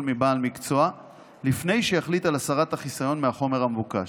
מבעל מקצוע לפני שיחליט על הסרת החיסיון מהחומר המבוקש.